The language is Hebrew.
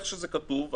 איך שזה כתוב,